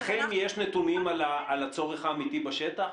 לכם יש נתונים על הצורך האמיתי בשטח?